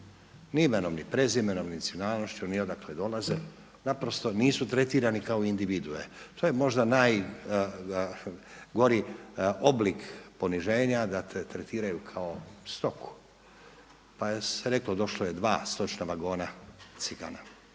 imenom ni prezimenom, ni nacionalnošću, ni odakle dolaze, naprosto nisu tretirani kao individue, to je možda najgori oblik poniženja da te tretiraju kao stoku. Pa je se reklo došlo je dva stočna vagona Cigana.